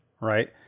Right